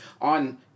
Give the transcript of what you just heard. on